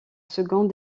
second